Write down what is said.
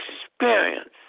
experience